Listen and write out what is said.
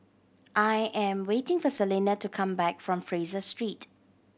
I am waiting for Celina to come back from Fraser Street